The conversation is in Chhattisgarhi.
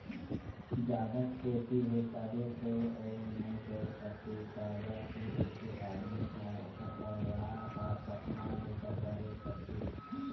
जादा खेती हे तभे तो अउ नइ कर सके काबर कि ऐके आदमी य ओखर परवार हर कतना बूता करे सकही